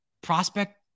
prospect